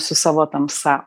su savo tamsa